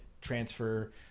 transfer